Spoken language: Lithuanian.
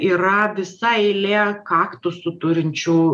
yra visa eilė kaktusų turinčių